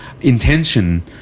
intention